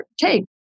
take